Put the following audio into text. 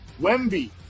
Wemby